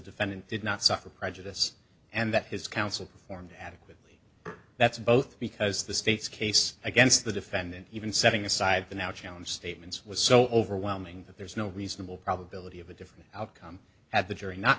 defendant did not suffer prejudice and that his counsel performed adequately that's both because the state's case against the defendant even setting aside the now challenge statements was so overwhelming that there's no reasonable probability of a different i'm at the jury not